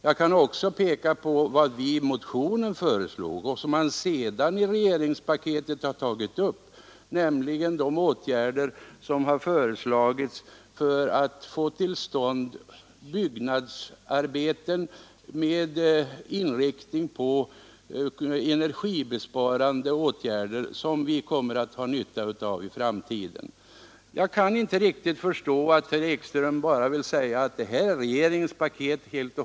Jag kan också peka på vad vi föreslog i motioner och som man sedan har tagit upp i regeringens paket, nämligen de åtgärder som föreslagits för att få till stånd byggnadsarbeten med inriktning på energibesparande åtgärder, som vi kommer att ha nytta av i framtiden. Jag kan inte riktigt förstå att herr Ekström vill säga att detta helt och hållet är regeringens paket.